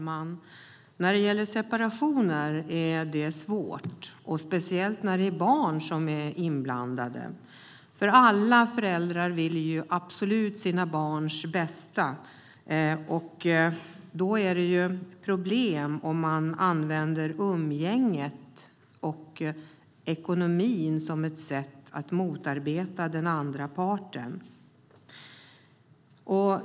Herr talman! Separationer är svåra, speciellt när barn är inblandade. Alla föräldrar vill ju absolut sina barns bästa, och det blir problem om umgänget och ekonomin används som ett sätt att motarbeta den andra parten.